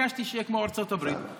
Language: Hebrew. וביקשתי שיהיה כמו בארצות הברית,